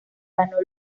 ganó